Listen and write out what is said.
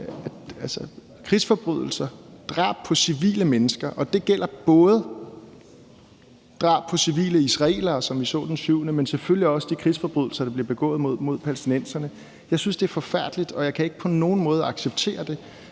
at krigsforbrydelser og drab på civile mennesker, og det gælder både drab på civile israelere, som vi så det den 7. oktober, men selvfølgelig også de krigsforbrydelser, der bliver begået mod palæstinenserne, er forfærdeligt, og jeg kan ikke på nogen måde acceptere det.